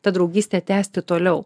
tą draugystę tęsti toliau